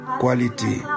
quality